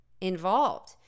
involved